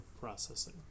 processing